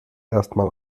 erstmal